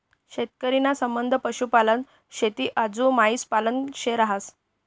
शेतकरी ना संबंध पशुपालन, शेती आजू मासोई पालन शे रहास